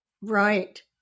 Right